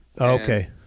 Okay